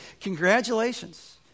congratulations